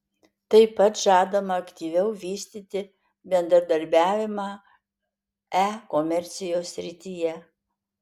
tai pat žadama aktyviau vystyti bendradarbiavimą e komercijos srityje